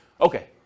Okay